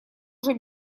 уже